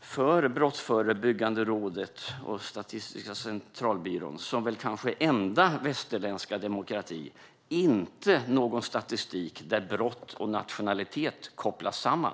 för Brottsförebyggande rådet och Statistiska centralbyrån inte någon statistik där brott och nationalitet kopplas samman? Sverige är kanske den enda västerländska demokrati där det är på det sättet.